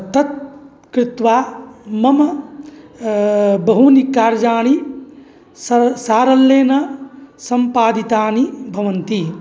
तत् क्रीत्वा मम बहूनि कार्याणि सर् सारल्येन सम्पादितानि भवन्ति